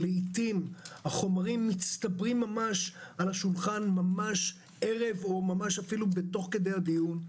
לעיתים החומרים מצטברים על השולחן ערב או תוך כדי הדיון.